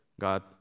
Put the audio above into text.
God